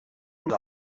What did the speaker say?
uns